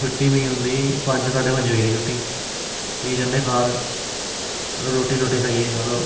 छुट्टी मिकी होंदी पंज साड्ढे पंज बजे छुट्टी फ्ही जन्ने घर मतलब रोटी शोटी खाइयै मतलब